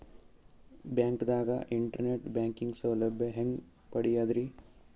ಬ್ಯಾಂಕ್ದಾಗ internet banking ಸೌಲಭ್ಯ ಹೆಂಗ್ ಪಡಿಯದ್ರಿ?